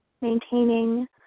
maintaining